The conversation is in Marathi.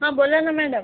हां बोला ना मॅडम